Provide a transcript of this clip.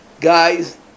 guys